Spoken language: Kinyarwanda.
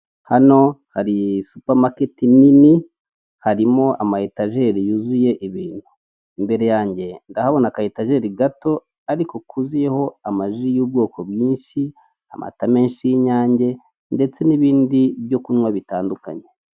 hano hari supamaketi nini, harimo ama etajeri yuzuye ibintu, imbere yanjye ndahabona aka etajeri gato ariko kuzuyeho amaji y'ubwoko bwinshi, amata menshi y'Inyange ndetse n'ibindi byokunywa bitandukanye.